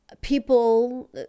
people